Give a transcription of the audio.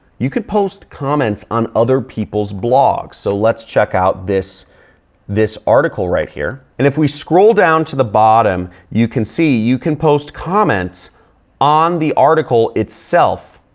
you could post comments on other people's blogs. so, let's check out this this article right here. and if we scroll down to the bottom, you can see you can post comments on the article itself.